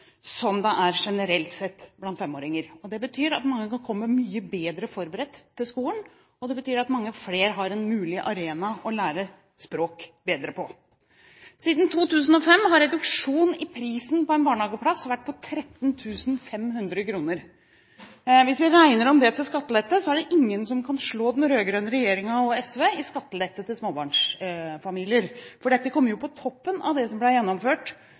som det er generelt sett blant 5-åringer. Det betyr at mange av dem kommer mye bedre forberedt til skolen, og det betyr at mange flere har en mulig arena å lære språk bedre på. Siden 2005 har reduksjonen i prisen på en barnehageplass vært på 13 500 kr. Hvis vi regner det om til skattelette, er det ingen som kan slå den rød-grønne regjeringen og SV i skattelette til småbarnsfamilier. Dette kommer jo på toppen av det som ble gjennomført